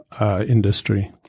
industry